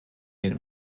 den